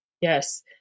Yes